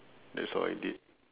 that's all I did